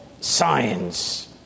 science